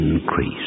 increase